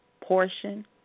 portion